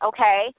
Okay